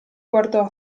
guardò